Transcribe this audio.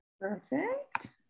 Perfect